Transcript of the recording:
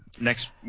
next